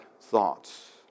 thoughts